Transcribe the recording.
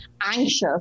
anxious